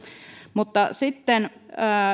mutta sitten